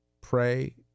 Pray